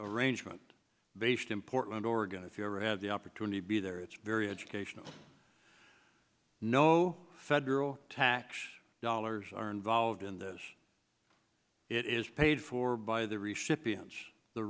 arrangement based in portland oregon if you ever have the opportunity to be there it's very educational no federal tax dollars are involved in this it is paid for by the reship events the